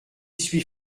suis